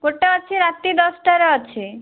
ଗୋଟେ ଅଛି ରାତି ଦଶଟାରେ ଅଛି